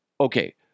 okay